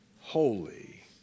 holy